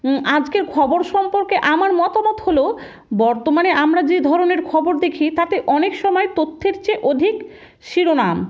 আজকের খবর সম্পর্কে আমার মতামত হল বর্তমানে আমরা যে ধরনের খবর দেখি তাতে অনেক সময় তথ্যের চেয়ে অধিক শিরোনাম